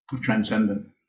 Transcendent